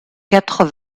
quatre